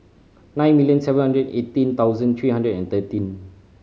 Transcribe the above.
nine million seven hundred and eighteen thousand three hundred and thirteen